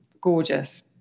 Gorgeous